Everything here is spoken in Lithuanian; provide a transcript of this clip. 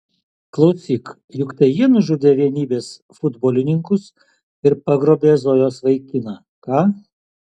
klausyk juk tai jie nužudė vienybės futbolininkus ir pagrobė zojos vaikiną ką